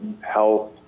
health